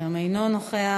גם אינו נוכח.